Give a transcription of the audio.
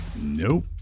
Nope